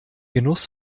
genuss